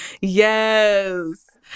Yes